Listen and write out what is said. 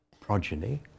progeny